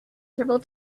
several